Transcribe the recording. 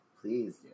Please